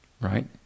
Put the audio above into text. right